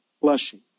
blushing